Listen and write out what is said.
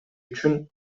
үчүн